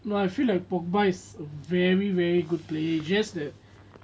I feel like pogba is a very very good player is just that